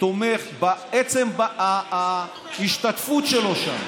בעצם ההשתתפות שלו שם,